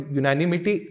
unanimity